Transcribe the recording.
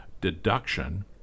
deduction